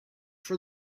for